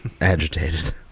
agitated